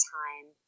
time